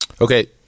Okay